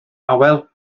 awel